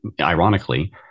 ironically